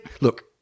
look –